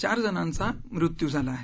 चार जणांचा मृत्यु झाला आहे